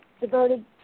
devoted